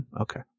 Okay